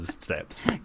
steps